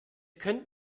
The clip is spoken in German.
könnt